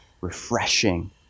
refreshing